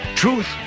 Truth